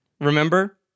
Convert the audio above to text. Remember